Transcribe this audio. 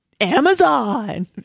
amazon